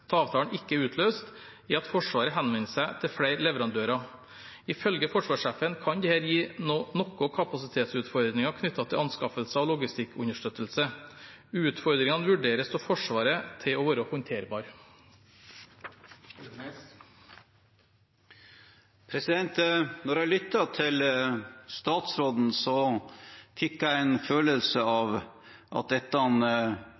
avtalen ikke er utløst, er at Forsvaret henvender seg til flere leverandører. Ifølge forsvarssjefen kan dette gi noen kapasitetsutfordringer knyttet til anskaffelser og logistikkunderstøttelse. Utfordringene vurderes av Forsvaret til å være håndterbare. Da jeg lyttet til statsråden, fikk jeg en følelse